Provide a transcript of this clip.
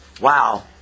Wow